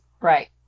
Right